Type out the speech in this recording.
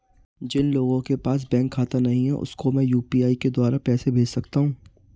जिन लोगों के पास बैंक खाता नहीं है उसको मैं यू.पी.आई के द्वारा पैसे भेज सकता हूं?